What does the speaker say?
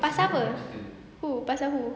pasal apa who pasal who